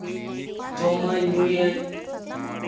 ᱡᱚᱢᱟᱹᱧ ᱧᱩᱭᱟᱹᱧ